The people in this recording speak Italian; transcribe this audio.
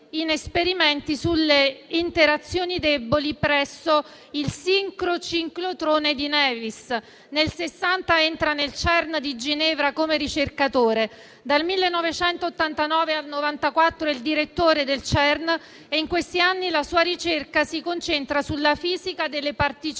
in esperimenti sulle interazioni deboli presso il sincrociclotrone di Nevis. Nel 1960 entra nel CERN di Ginevra come ricercatore; dal 1989 al 1994 è direttore del CERN e in questi anni la sua ricerca si concentra sulla fisica delle particelle